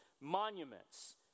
monuments